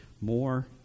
more